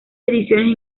ediciones